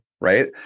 right